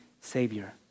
savior